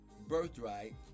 birthright